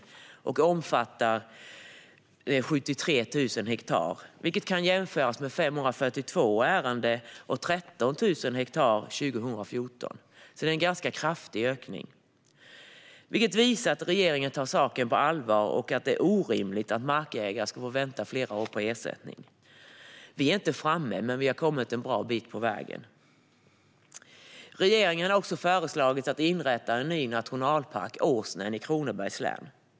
Dessa beslut och avtal omfattar 73 000 hektar, vilket kan jämföras med 542 ärenden och 13 000 hektar 2014. Det är alltså en ganska kraftig ökning som visar att regeringen tar saken på allvar och att det är orimligt att markägare ska få vänta flera år på ersättning. Vi är inte framme, men vi har kommit en bra bit på väg. Regeringen har också föreslagit att inrätta en ny nationalpark - Åsnen - i Kronobergs län.